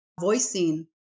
voicing